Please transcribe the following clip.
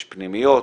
יש פנימיות,